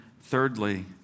thirdly